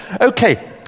Okay